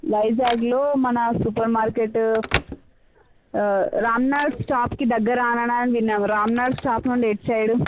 వైజాగ్లో మన supermarket Ram Nagar స్టాప్కి దగ్గర అనడం విన్నాను రామ్ నగర్ స్టాప్ నుండి ఎటు సైడు